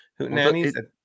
Hootenannies